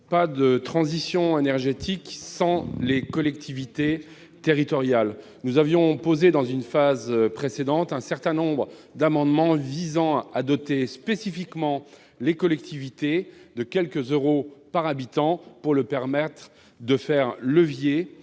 pas de transition énergétique sans les collectivités territoriales. Nous avions, déposé, à une étape précédente, un certain nombre d'amendements visant à doter spécifiquement les collectivités de quelques euros par habitant pour leur permettre de faire levier